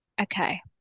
Okay